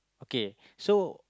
okay so